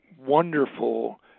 wonderful